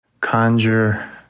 conjure